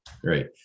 great